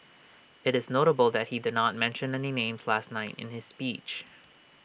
IT is notable that he did not mention any names last night in his speech